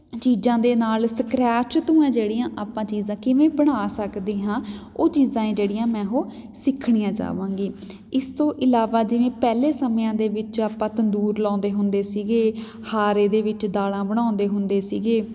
ਚੀਜ਼ਾਂ ਦੇ ਨਾਲ ਸਕਰੈਚ ਤੋਂ ਐਂ ਜਿਹੜੀਆਂ ਆਪਾਂ ਚੀਜ਼ਾਂ ਕਿਵੇਂ ਬਣਾ ਸਕਦੇ ਹਾਂ ਉਹ ਚੀਜ਼ਾਂ ਏ ਜਿਹੜੀਆਂ ਮੈਂ ਉਹ ਸਿੱਖਣੀਆਂ ਚਾਹਵਾਂਗੀ ਇਸ ਤੋਂ ਇਲਾਵਾ ਜਿਵੇਂ ਪਹਿਲੇ ਸਮਿਆਂ ਦੇ ਵਿੱਚ ਆਪਾਂ ਤੰਦੂਰ ਲਾਉਂਦੇ ਹੁੰਦੇ ਸੀਗੇ ਹਾਰੇ ਦੇ ਵਿੱਚ ਦਾਲਾਂ ਬਣਾਉਂਦੇ ਹੁੰਦੇ ਸੀਗੇ